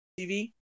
TV